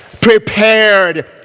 prepared